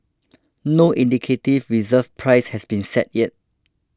no indicative reserve price has been set yet